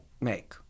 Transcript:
make